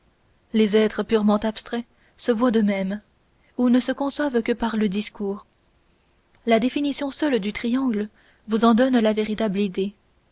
les êtres purement abstraits se voient de même ou ne se conçoivent que par le discours la définition seule du triangle vous en donne la véritable idée